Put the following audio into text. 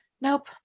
nope